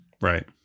right